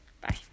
Bye